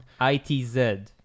ITZ